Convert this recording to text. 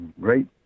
great